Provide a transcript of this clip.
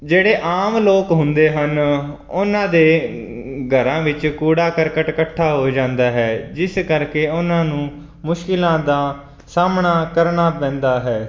ਜਿਹੜੇ ਆਮ ਲੋਕ ਹੁੰਦੇ ਹਨ ਉਹਨਾਂ ਦੇ ਘਰਾਂ ਵਿੱਚ ਕੂੜਾ ਕਰਕਟ ਇਕੱਠਾ ਹੋ ਜਾਂਦਾ ਹੈ ਜਿਸ ਕਰਕੇ ਉਹਨਾਂ ਨੂੰ ਮੁਸ਼ਕਿਲਾਂ ਦਾ ਸਾਹਮਣਾ ਕਰਨਾ ਪੈਂਦਾ ਹੈ